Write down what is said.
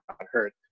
hurt